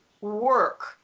work